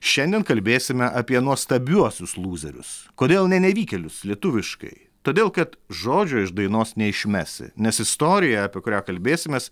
šiandien kalbėsime apie nuostabiuosius lūzerius kodėl ne nevykėlius lietuviškai todėl kad žodžio iš dainos neišmesi nes istorija apie kurią kalbėsimės